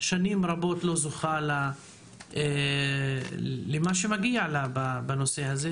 שנים רבות לא זוכה למה שמגיע לה בנושא הזה.